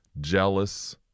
jealous